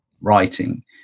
writing